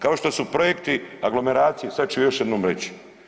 Kao što su projekti aglomeracije, sad ću još jednom reći.